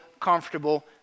comfortable